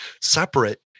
Separate